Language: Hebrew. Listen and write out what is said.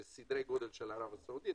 זה סדרי גודל של ערב הסעודית,